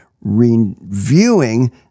reviewing